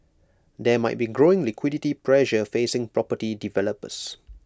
there might be growing liquidity pressure facing property developers